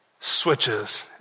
switches